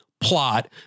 Plot